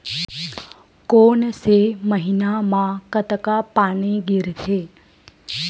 कोन से महीना म कतका पानी गिरथे?